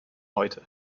heute